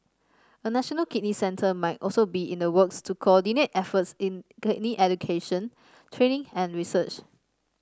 a national kidney centre might also be in the works to coordinate efforts in kidney education training and research